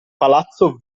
palazzo